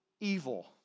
evil